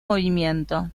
movimiento